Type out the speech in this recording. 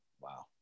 Wow